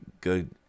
good